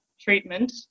treatment